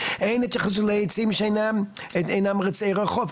2.אין התייחסות לעצים שאינם עצי רחוב,